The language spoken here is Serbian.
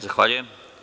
Zahvaljujem.